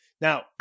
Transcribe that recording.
Now